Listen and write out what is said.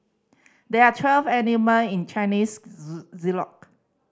there are twelve animal in Chinese